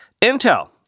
Intel